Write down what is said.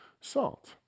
salt